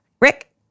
Rick